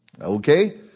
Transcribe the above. Okay